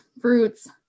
fruits